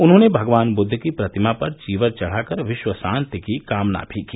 उन्होंने भगवान बुद्ध की प्रतिमा पर चीवर चढ़ाकर विश्व शांति की कामना भी की